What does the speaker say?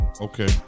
Okay